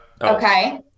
Okay